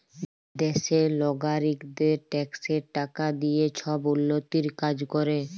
দ্যাশের লগারিকদের ট্যাক্সের টাকা দিঁয়ে ছব উল্ল্যতির কাজ ক্যরে